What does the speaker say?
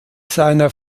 seiner